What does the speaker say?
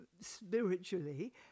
spiritually